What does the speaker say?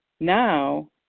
now